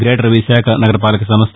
greater Visakha నగర పాలకసంస్ట